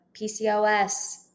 PCOS